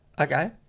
Okay